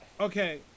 Okay